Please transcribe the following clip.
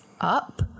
up